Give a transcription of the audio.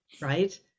Right